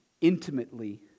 intimately